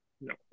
No